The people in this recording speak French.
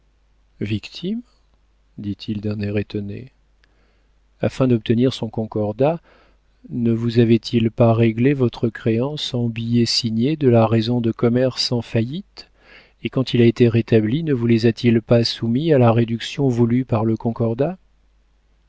victime dit-il d'un air étonné afin d'obtenir son concordat ne vous avait-il pas réglé votre créance en billets signés de la raison de commerce en faillite et quand il a été rétabli ne vous les a-t-il pas soumis à la réduction voulue par le concordat